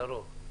לרוב.